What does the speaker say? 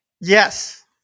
Yes